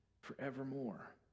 forevermore